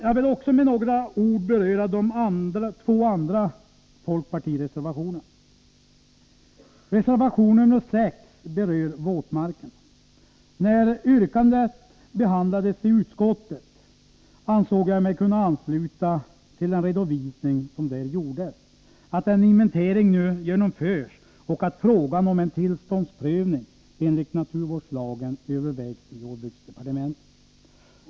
Jag vill också med några ord beröra de två andra folkpartireservationerna. Reservation 6 gäller våtmarkerna. När yrkandet behandlades i utskottet ansåg jag att jag kunde ansluta mig till den redovisning som gjordes, att en inventering nu genomförs och att frågan om en tillståndsprövning enligt naturvårdslagen övervägs i jordbruksdepartementet.